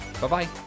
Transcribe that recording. Bye-bye